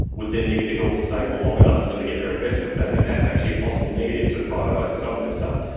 would then need to be held stable long enough for them to get their investment back. and that's actually a possible negative to privatising some of this stuff.